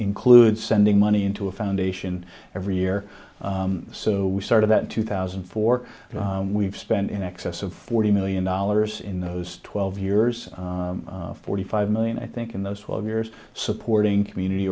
include sending money into a foundation every year so we started that two thousand and four we've spent in excess of forty million dollars in those twelve years forty five million i think in those twelve years supporting community